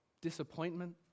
disappointment